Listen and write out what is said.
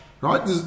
right